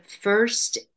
first